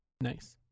Nice